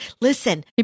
listen